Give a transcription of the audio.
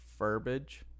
Furbage